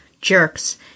jerks